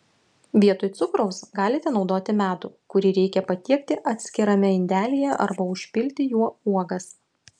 vietoj cukraus galite naudoti medų kurį reikia patiekti atskirame indelyje arba užpilti juo uogas